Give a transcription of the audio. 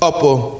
Upper